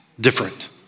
different